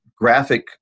graphic